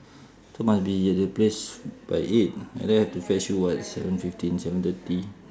so must be at the place by eight and then have to fetch you what seven fifteen seven thirty